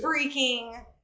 freaking